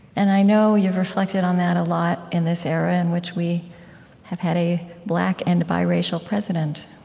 and i know you've reflected on that a lot in this era in which we have had a black and biracial president